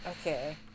Okay